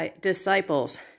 disciples